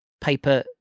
paper